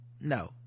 No